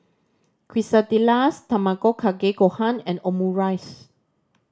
Quesadillas Tamago Kake Gohan and Omurice